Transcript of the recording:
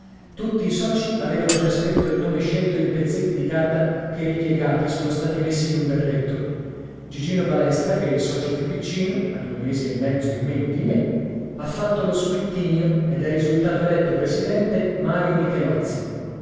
tutti i soci avevano già scritto il nome scelto in pezzetti di carta che ripiegati sono stati messi in un berretto gigino balestra che è il socio più piccino ha due mesi e mezzo meno di me ha fatto lo squittinio ed è risultato eletto presidente mario michelozzi